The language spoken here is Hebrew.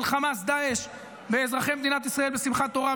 חמאס-דאעש באזרחי מדינת ישראל בשמחת תורה,